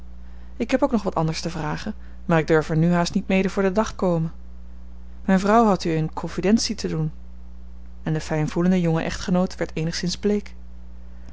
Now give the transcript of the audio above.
ik heb ook nog wat anders te vragen maar ik durf er nu haast niet mede voor den dag komen mijne vrouw had u eene confidentie te doen en de fijn voelende jonge echtgenoot werd eenigszins bleek